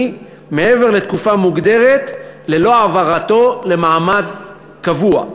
מעבר לתקופה מוגדרת ללא העברתו למעמד קבוע.